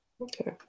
Okay